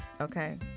Okay